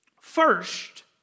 First